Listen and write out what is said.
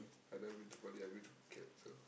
I never been to Bali I've been to Phuket so